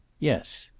yes.